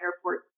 airport